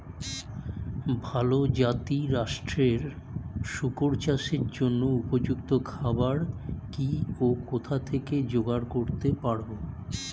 ভালো জাতিরাষ্ট্রের শুকর চাষের জন্য উপযুক্ত খাবার কি ও কোথা থেকে জোগাড় করতে পারব?